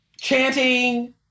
chanting